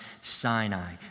Sinai